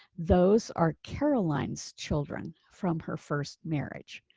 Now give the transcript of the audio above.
those are caroline's children from her first marriage.